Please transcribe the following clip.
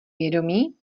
vědomí